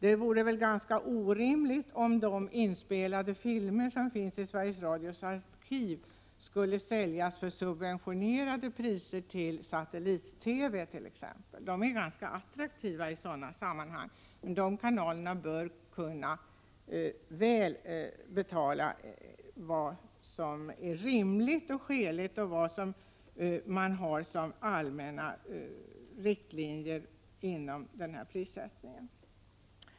Det vore ganska orimligt om de inspelade filmer som finns i Sveriges Radios arkiv skulle säljas för subventionerade priser till satellit-TV. De är ganska attraktiva i sådana sammanhang. Sådana kanaler bör kunna betala vad som är rimligt och skäligt inom allmänna riktlinjer för prissättningen.